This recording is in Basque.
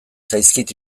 zaizkit